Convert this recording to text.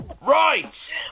right